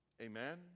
Amen